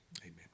amen